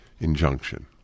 injunction